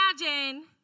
imagine